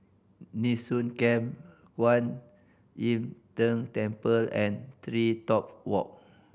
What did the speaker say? Nee Soon Camp Kwan Im Tng Temple and TreeTop Walk